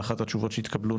באחת התשובות שהתקבלו,